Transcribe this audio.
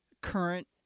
current